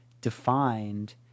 defined